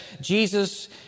Jesus